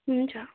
हुन्छ